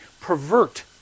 pervert